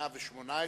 118)